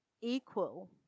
equal